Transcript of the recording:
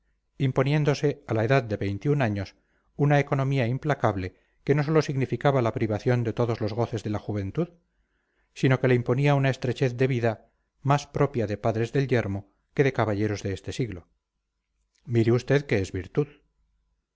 imponiéndose a la edad de veintiún años una economía implacable que no sólo significaba la privación de todos los goces de la juventud sino que le imponía una estrechez de vida más propia de padres del yermo que de caballeros de este siglo mire usted que es virtud